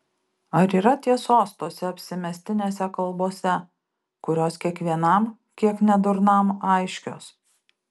ar yra tiesos tose apsimestinėse kalbose kurios kiekvienam kiek nedurnam aiškios